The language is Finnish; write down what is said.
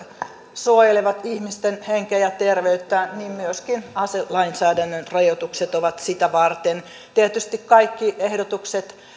suojelevat ihmisten henkeä ja terveyttä niin myöskin aselainsäädännön rajoitukset ovat sitä varten tietysti kaikki ehdotukset